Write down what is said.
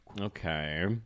okay